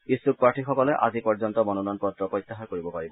ইচ্ছ্যুক প্ৰাৰ্থীসকলে আজি পৰ্যন্ত মনোনয়ন পত্ৰ প্ৰত্যাহাৰ কৰিব পাৰিব